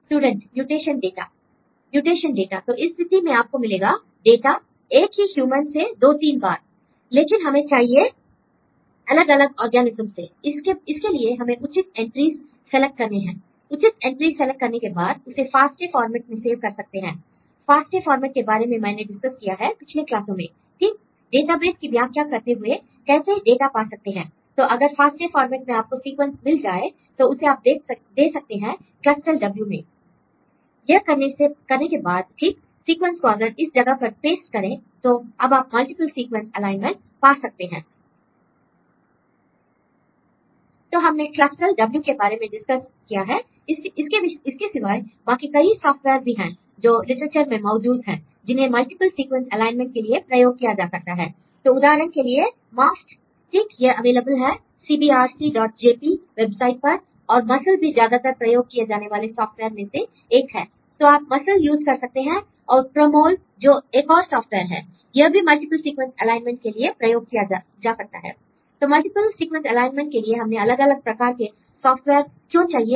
student mutation data l mutation data तो इस स्थिति में आपको मिलेगा डेटा एक ही ह्यूमन से दो तीन बार लेकिन हमें चाहिए अलग अलग ऑर्गेनिज्म से l इसके लिए हमें उचित एंट्रीज सेलेक्ट करने हैं उचित एंट्री सेलेक्ट करने के बाद उसे फास्टे फॉर्मेट में सेव कर सकते हैं l फास्टे फॉर्मेट के बारे में मैंने डिस्कस किया है पिछले क्लासों में ठीक डेटाबेस की व्याख्या करते हुए कैसे डेटा पा सकते हैं l तो अगर फास्टे फॉर्मेट में आपको सीक्वेंस मिल जाए तो उसे आप दे सकते हैं क्लस्टल्W में l यह करने के बाद ठीक सीक्वेंस को अगर इस जगह पर पेस्ट करें तो अब आप मल्टीपल सीक्वेंस एलाइनमेंट पा सकते हैं l तो हमने क्लस्टल्W के बारे में डिस्कस किया है इसके सिवाय बाकी कई सॉफ्टवेयर भी हैं जो लिटरेचर में मौजूद हैं जिन्हें मल्टीप्ल सीक्वेंस एलाइनमेंट के लिए प्रयोग किया जा सकता है l तो उदाहरण के लिए माफ्ट ठीक यह अवेलेबल है cbrcjp वेबसाइट पर और मसल भी ज्यादातर प्रयोग किए जाने वाले सॉफ्टवेयर में से एक है l तो आप मसल यूज कर सकते हैं और प्रमोल जो और एक सॉफ्टवेयर है यह भी मल्टीप्ल सीक्वेंस एलाइनमेंट के लिए प्रयोग किया जा सकता है l तो मल्टीपल सीक्वेंस एलाइनमेंट के लिए हमें अलग अलग प्रकार के सॉफ्टवेयर क्यों चाहिए